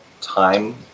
time